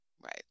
Right